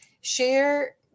share